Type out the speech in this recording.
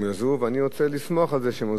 ואני רוצה לשמוח על זה שהם עוזבים,